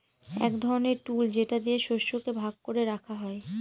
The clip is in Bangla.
এক ধরনের টুল যেটা দিয়ে শস্যকে ভাগ করে রাখা হয়